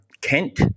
Kent